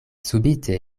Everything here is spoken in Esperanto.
subite